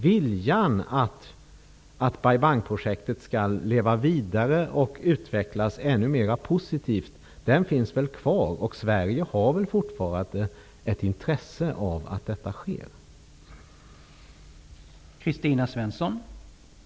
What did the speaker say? Viljan att Bai Bang-projektet skall leva vidare och utvecklas ännu mer finns väl kvar? Sverige har väl fortfarande ett intresse av att detta sker?